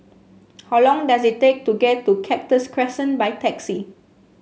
how long does it take to get to Cactus Crescent by taxi